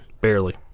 Barely